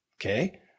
okay